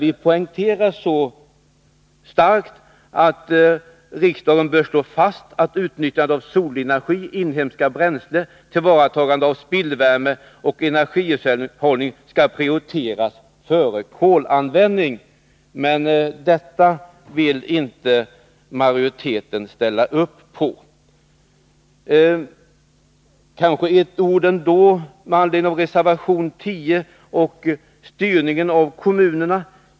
Där poängterar vi starkt att riksdagen bör slå fast att utnyttjandet av solenergi, inhemska bränslen och tillvaratagande av spillvärme samt energihushållning skall prioriteras före kolanvändning. Detta vill inte majoriteten ställa upp på. Sedan några ord med anledning av reservation 10 om styrning av kommunerna.